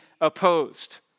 opposed